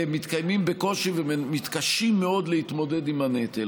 מתקיימים בקושי ומתקשים מאוד להתמודד עם הנטל.